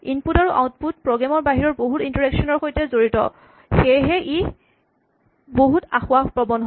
input আৰু output program ৰ বাহিৰৰ বহুত ইন্টাৰেকচন ৰ সৈতে জড়িত হয় সেয়েহে ই বহুত আসোঁৱাহ প্ৰৱণ হয়